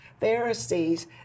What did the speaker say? pharisees